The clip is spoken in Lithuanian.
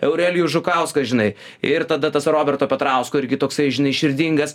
eurelijus žukauskas žinai ir tada tas roberto petrausko irgi toksai žinai širdingas